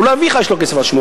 אולי אביך, יש לו כסף על שמו.